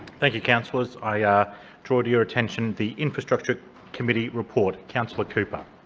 thank you, councillors. i ah draw to your attention the infrastructure committee report. councillor cooper.